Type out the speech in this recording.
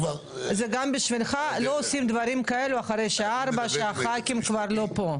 לא עושים דברים כאלה אחרי שעה ארבע כשהח"כים כבר לא פה.